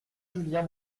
julien